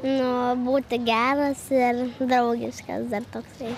nu būti geras draugiškas dar toksai